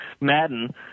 Madden